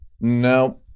No